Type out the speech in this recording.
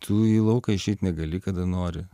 tu į lauką išeit negali kada nori